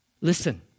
listen